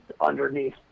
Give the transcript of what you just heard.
underneath